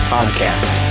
Podcast